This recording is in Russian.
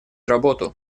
работу